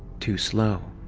too slow.